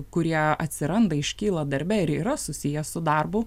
kurie atsiranda iškyla darbe ir yra susiję su darbu